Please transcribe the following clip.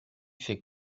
fait